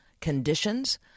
conditions